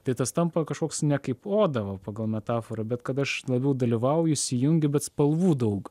tai tas tampa kažkoks ne kaip oda o pagal metaforą bet kad aš labiau dalyvauju įsijungiu bet spalvų daug